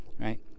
right